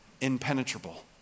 impenetrable